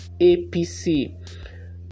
APC